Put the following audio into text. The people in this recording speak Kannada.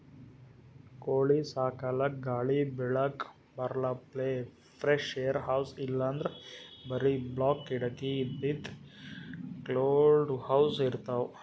ಕೋಳಿ ಸಾಕಲಕ್ಕ್ ಗಾಳಿ ಬೆಳಕ್ ಬರಪ್ಲೆ ಫ್ರೆಶ್ಏರ್ ಹೌಸ್ ಇಲ್ಲಂದ್ರ್ ಬರಿ ಬಾಕ್ಲ್ ಕಿಡಕಿ ಇದ್ದಿದ್ ಕ್ಲೋಸ್ಡ್ ಹೌಸ್ ಇರ್ತವ್